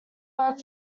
work